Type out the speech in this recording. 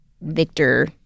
Victor